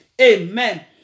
amen